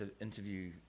interview